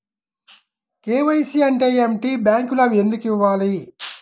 KYC అంటే ఏమిటి? బ్యాంకులో అవి ఎందుకు ఇవ్వాలి?